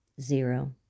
Zero